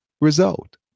result